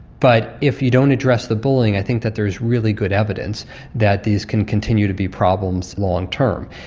but if you don't address the bullying i think that there is really good evidence that these can continue to be problems long term,